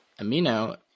amino